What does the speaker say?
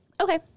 Okay